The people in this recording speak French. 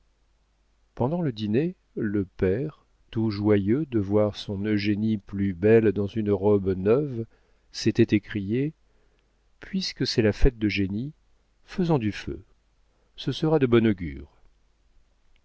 pendant le dîner le père tout joyeux de voir son eugénie plus belle dans une robe neuve s'était écrié puisque c'est la fête d'eugénie faisons du feu ce sera de bon augure